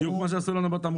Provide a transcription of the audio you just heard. בדיוק מה שעשו לנו בתמרוקים,